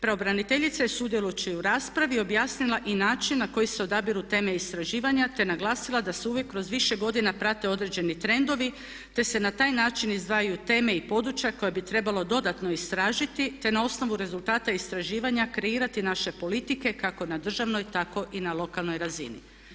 Pravobraniteljica je sudjelujući u raspravi objasnila i način na koji se odabiru teme istraživanja te naglasila da se uvijek kroz više godina prate određeni trendovi te se na taj način izdvajaju teme i područja koja bi trebalo dodatno istražiti te na osnovu rezultata istraživanja kreirati naše politike kako na državnoj tako i na lokalnoj razini.